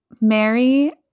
Mary